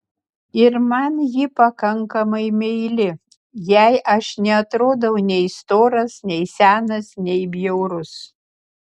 ir man ji pakankamai meili jai aš neatrodau nei storas nei senas nei bjaurus